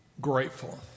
grateful